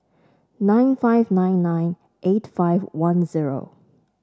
nine five nine nine eight five one zero